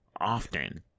often